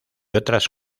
otras